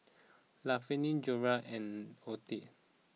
Lafayette Jorja and Othel